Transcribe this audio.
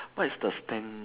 what is the spend